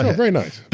very nice.